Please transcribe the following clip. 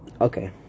okay